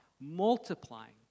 multiplying